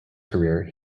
career